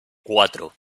cuatro